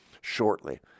shortly